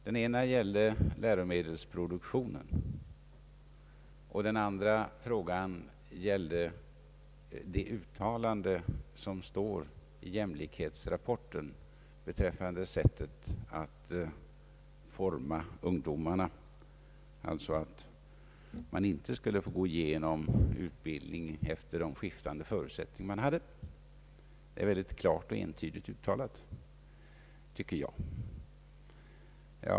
Den ena gällde läromedelsproduktionen och den andra gällde det uttalande som står i jämlikhetsrapporten beträffande sättet att forma ungdomarna, alltså att de unga inte skulle få gå igenom utbildning efter de skiftande förutsättningar var och en har. Det är klart och entydligt uttalat, tycker jag.